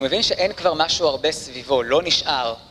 הוא מבין שאין כבר משהו הרבה סביבו, לא נשאר.